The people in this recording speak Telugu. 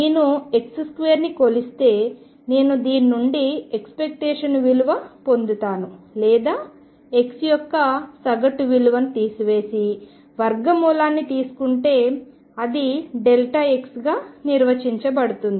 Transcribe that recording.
నేను x2 ని కొలిస్తే నేను దీని నుండి ఎక్స్పెక్టేషన్ విలువ పొందుతాను లేదా x యొక్క సగటు విలువను తీసివేసి వర్గమూలాన్ని తీసుకుంటే అది x గా నిర్వచించబడుతుంది